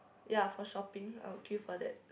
ya for shopping I would queue for that